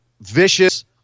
vicious